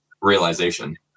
realization